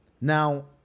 Now